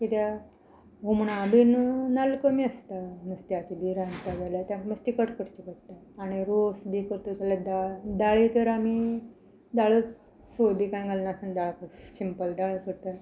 कित्या हुमणा बीन नाल्ल कमी आसता नुस्त्याची बी रांदता जाल्यार तांकां मतशी कट करची पडटा आनी रोस बी करता जाल्यार दाळ दाळीं तर आमी दाळच सोय बी कांय घालना दाळ सिंपल दाळ करता